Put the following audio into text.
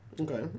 Okay